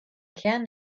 kern